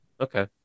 Okay